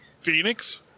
Phoenix